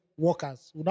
Workers